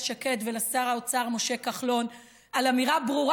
שקד ולשר האוצר משה כחלון על אמירה ברורה,